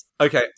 Okay